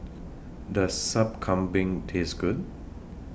Does Sup Kambing Taste Good